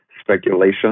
speculation